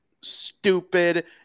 stupid